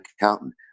accountant